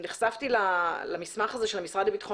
כשנחשפתי למסמך הזה של המשרד לביטחון